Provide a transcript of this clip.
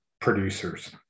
producers